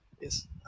Yes